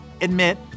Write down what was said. admit